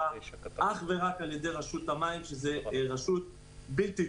אך ורק על ידי רשות המים שזו רשות בלתי-תלויה.